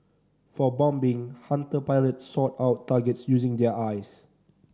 for bombing Hunter pilots sought out targets using their eyes